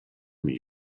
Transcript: meal